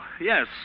Yes